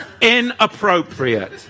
Inappropriate